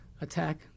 attack